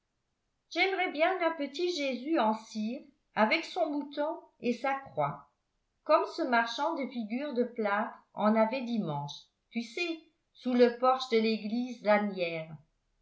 j'aimerais bien un petit jésus en cire avec son mouton et sa croix comme ce marchand de figures de plâtre en avait dimanche tu sais sous le porche de l'église